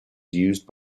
used